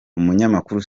umunyamakuru